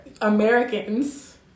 Americans